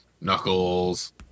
knuckles